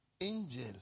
angel